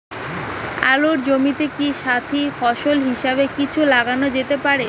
আলুর জমিতে কি সাথি ফসল হিসাবে কিছু লাগানো যেতে পারে?